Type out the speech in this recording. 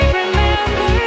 remember